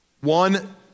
One